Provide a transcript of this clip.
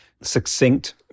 succinct